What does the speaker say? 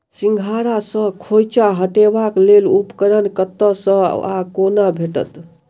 सिंघाड़ा सऽ खोइंचा हटेबाक लेल उपकरण कतह सऽ आ कोना भेटत?